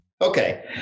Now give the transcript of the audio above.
Okay